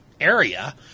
area